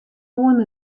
oan